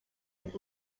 with